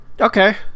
okay